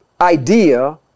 idea